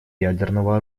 ядерного